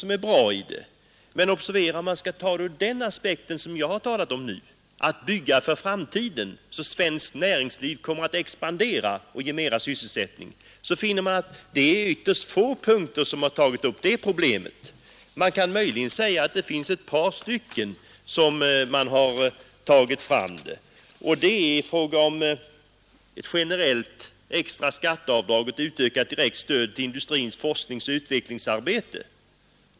Men om man ser på programmet ur den aspekt som jag har talat om — att bygga för framtiden så att svenskt näringsliv kommer att expandera och ge mera sysselsättning — finner man att det problemet tas upp i ytterst få punkter. Man kan möjligen säga att det berörs i förslagen om ett generellt extra skatteavdrag och ett ökat direkt stöd till industrins forskningsoch utvecklingsarbete.